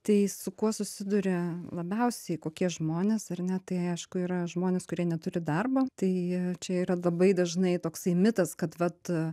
tai su kuo susiduria labiausiai kokie žmonės ar ne tai aišku yra žmonės kurie neturi darbo tai čia yra labai dažnai toksai mitas kad vat